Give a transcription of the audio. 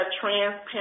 transparent